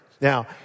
Now